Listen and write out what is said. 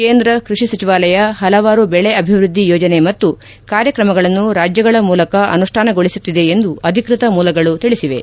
ಕೇಂದ್ರ ಕೃಷಿ ಸಚಿವಾಲಯ ಹಲವಾರು ಬೆಳೆ ಅಭಿವೃದ್ದಿ ಯೋಜನೆ ಮತ್ತು ಕಾರ್ಯತ್ರಮಗಳನ್ನು ರಾಜ್ಯಗಳ ಮೂಲಕ ಅನುಷ್ಣಾನಗೊಳಿಸುತ್ತಿದೆ ಎಂದು ಅಧಿಕೃತ ಮೂಲಗಳು ತಿಳಿಸಿವೆ